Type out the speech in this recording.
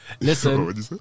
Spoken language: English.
listen